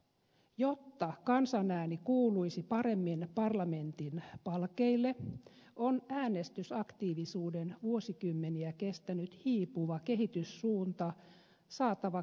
jotta kansan ääni kuuluisi paremmin parlamentin palkeille on äänestysaktiivisuuden vuosikymmeniä kestänyt hiipuva kehityssuunta saatava kääntymään